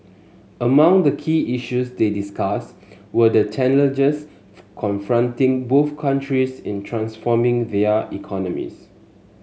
among the key issues they discussed were the challenges confronting both countries in transforming their economies